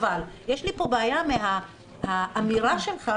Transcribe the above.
אבל יש לי בעיה מהאמירה שלך,